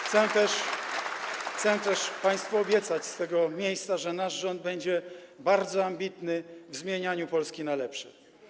Chcę też państwu obiecać z tego miejsca, że nasz rząd będzie bardzo ambitny w zmienianiu Polski na lepsze.